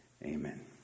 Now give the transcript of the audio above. Amen